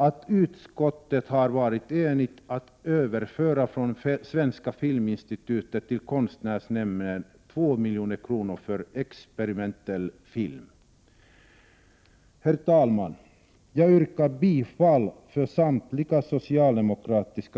att utskottet har varit enigt om att överföra 2 milj.kr. från Svenska filminstitutet till konstnärsnämnden för experimentell film. Herr talman! Jag yrkar bifall till samtliga reservationer av socialdemokraterna.